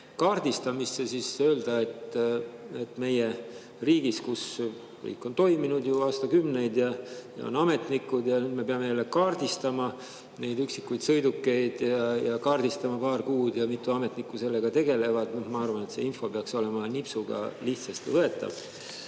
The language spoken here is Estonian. kaardistamisse, siis öelda, et meie riigis, mis on toiminud ju aastakümneid ja kus on [olnud ametis] ametnikud, me peame jälle kaardistama neid üksikuid sõidukeid ja me kaardistame paar kuud ja mitu ametnikku sellega tegelevad … Ma arvan, et see info peaks olema nipsuga, lihtsasti leitav.